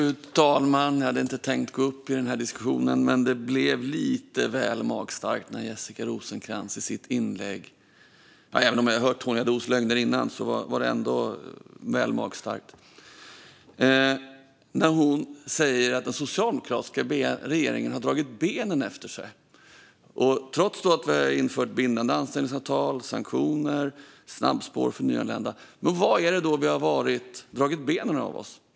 Fru talman! Jag hade inte tänkt delta i denna diskussion, men det blev lite väl magstarkt, även om jag tidigare hört Tony Haddous lögner, när Jessica Rosencrantz i sitt inlägg sa att den socialdemokratiska regeringen har dragit benen efter sig. Vi har infört bindande anställningsavtal, sanktioner och snabbspår för nyanlända. Var är det då som vi har dragit benen efter oss?